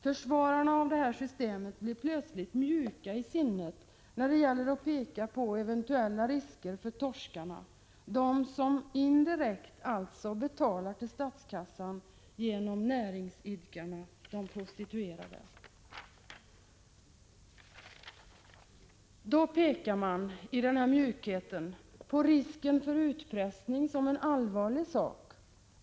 Försvararna av detta system blir plötsligt mjuka i sinnet när det gäller att peka på eventuella risker för ”torskarna” — de som indirekt betalar till statskassan genom ”näringsidkarna”/de prostituerade. Då pekar man på risken för utpressning som en allvarlig sak.